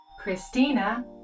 Christina